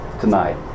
tonight